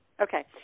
Okay